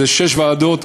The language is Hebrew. אלה שש ועדות,